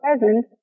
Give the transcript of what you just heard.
present